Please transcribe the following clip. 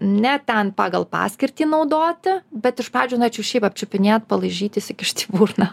ne ten pagal paskirtį naudoti bet iš pradžių norėčiau šiaip apčiupinėt palaižyti įsikišt į burną